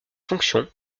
fonction